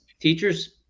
teachers